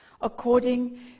according